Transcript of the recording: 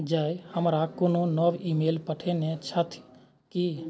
जय हमरा कोनो नव ईमेल पठेने छथि की